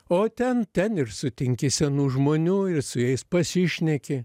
o ten ten ir sutinki senų žmonių ir su jais pasišneki